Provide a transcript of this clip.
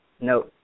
no